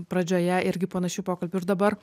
pradžioje irgi panašių pokalbių ir dabar